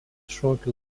šokių